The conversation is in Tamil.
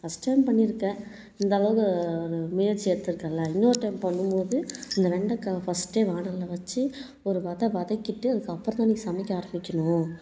ஃபர்ஸ்ட் டைம் பண்ணியிருக்க இந்த அளவு முயற்சி எடுத்துருக்கல இன்னொரு டைம் பண்ணும் போது இந்த வெண்டைக்காயை ஃபர்ஸ்ட்டே வானல்ல வச்சு ஒரு வத வதக்கிட்டு அதுக்கப்புறந்தான் நீ சமைக்க ஆரம்பிக்கணும்